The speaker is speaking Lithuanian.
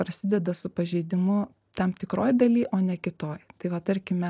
prasideda su pažeidimu tam tikroj daly o ne kitoj tai va tarkime